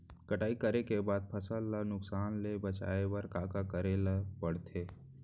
कटाई करे के बाद फसल ल नुकसान ले बचाये बर का का करे ल पड़थे?